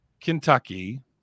Kentucky